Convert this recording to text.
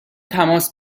تماس